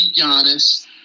Giannis